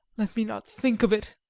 let me not think of it.